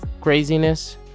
craziness